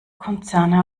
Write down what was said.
konzerne